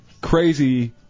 crazy